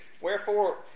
Wherefore